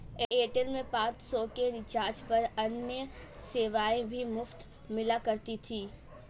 Airtel में पाँच सौ के रिचार्ज पर अन्य सेवाएं भी मुफ़्त मिला करती थी